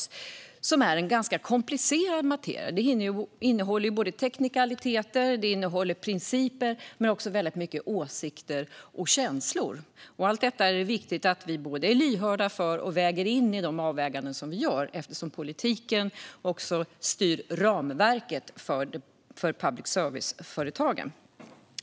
Det är ganska komplicerad materia. Det innehåller både teknikaliteter och principer men också väldigt mycket åsikter och känslor. Allt detta är det viktigt att vi både är lyhörda för och tar med i de avvägningar vi gör eftersom politiken också styr ramverket för public service-företagen.